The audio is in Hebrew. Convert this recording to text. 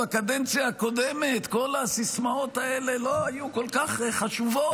בקדנציה הקודמת כל הסיסמאות האלה לא היו כל כך חשובות.